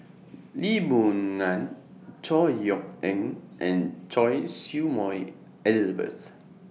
Lee Boon Ngan Chor Yeok Eng and Choy Su Moi Elizabeth